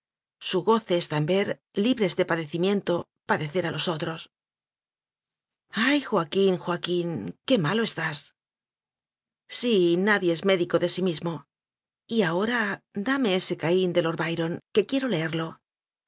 su goce está en ver libres de pa decimiento padecer a los otros ay joaquín joaquín qué malo estás sí nadie es médico de sí mismo y aho ra dame ese caín de lord byron que quiero leerlo